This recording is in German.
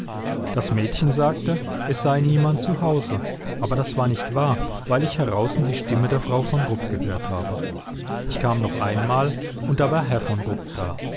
das mädchen sagte es sei niemand zu hause aber das war nicht wahr weil ich heraußen die stimme der frau von rupp gehört habe ich kam noch einmal und da war herr von rupp da